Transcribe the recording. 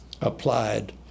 applied